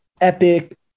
epic